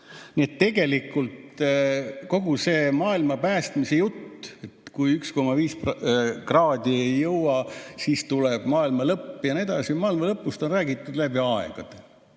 Nii et tegelikult kogu see maailma päästmise jutt, et kui 1,5 kraadi ei jõua [soojenemist piirata], siis tuleb maailma lõpp ja nii edasi – maailma lõpust on räägitud läbi aegade